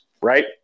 right